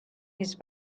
his